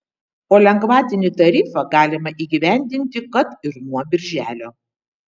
o lengvatinį tarifą galima įgyvendinti kad ir nuo birželio